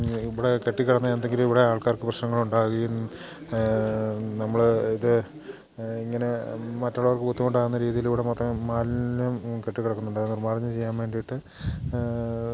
ഇവിടെ കെട്ടിക്കിടന്ന് എന്തെങ്കിലും ഇവിടെ ആൾക്കാർക്ക് പ്രശ്നങ്ങൾ ഉണ്ടാകുകയും നമ്മൾ ഇത് ഇങ്ങനെ മറ്റുള്ളവർക്ക് ബുദ്ധിമുട്ടാവുന്ന രീതിയിൽ ഇവിടെ മൊത്തം മാലന്യം കെട്ടിക്കിടക്കുന്നുണ്ട് അതു നിർമാർജ്ജനം ചെയ്യാൻ വേണ്ടിയിട്ട്